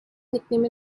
nickname